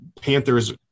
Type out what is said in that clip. Panthers